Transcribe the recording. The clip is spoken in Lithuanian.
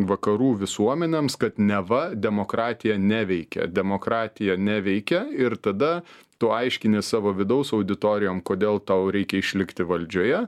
vakarų visuomenėms kad neva demokratija neveikia demokratija neveikia ir tada tu aiškini savo vidaus auditorijom kodėl tau reikia išlikti valdžioje